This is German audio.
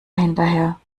hinterher